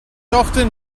often